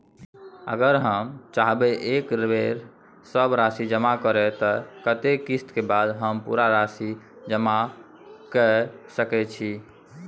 अगर हम चाहबे एक बेर सब राशि जमा करे त कत्ते किस्त के बाद हम पूरा राशि जमा के सके छि?